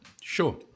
Sure